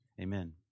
amen